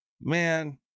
man